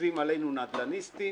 חושבים עלינו נדל"ניסטים,